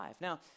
Now